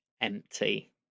Empty